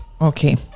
Okay